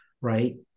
Right